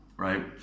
Right